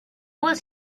was